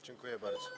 Dziękuję bardzo.